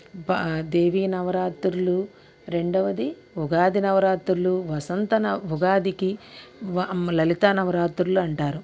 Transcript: బ దేవీ నవరాత్రులు రెండవది ఉగాది నవరాత్రులు వసంత న ఉగాదికి లలితా నవరాత్రులంటారు